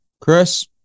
Chris